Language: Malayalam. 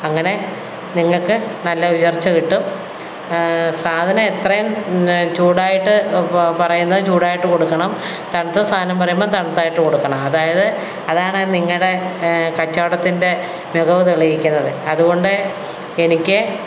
അങ്ങനെ നിങ്ങൾക്ക് നല്ല ഉയർച്ച കിട്ടും സാധനം എത്രയും ചൂടായിട്ട് പ പറയുന്നത് ചൂടായിട്ട് കൊടുക്കണം തണുത്ത സാധനം പറയുമ്പോൾ തണുത്തതായിട്ടു കൊടുക്കണം അതായത് അതാണ് നിങ്ങളുടെ കച്ചവടത്തിൻ്റെ മികവു തെളിയിക്കണത് അതുകൊണ്ട് എനിക്ക്